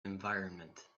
environment